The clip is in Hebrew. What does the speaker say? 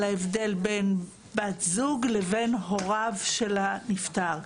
ההבדל בין בת זוג לבין הוריו של הנפטר.